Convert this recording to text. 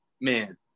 man